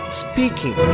speaking